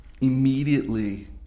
immediately